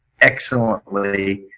excellently